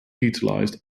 utilized